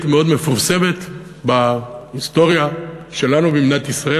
מאוד מפורסמת בהיסטוריה שלנו במדינת ישראל,